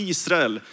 Israel